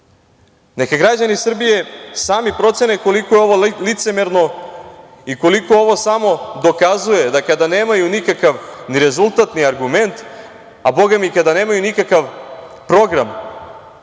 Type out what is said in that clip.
građani Srbije sami procene koliko je ovo licemerno i koliko ovo samo dokazuje da kada nemaju nikakav rezultat, ni argument, a bogami ni kada nemaju nikakav program,